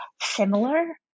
similar